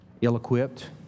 ill-equipped